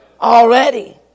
already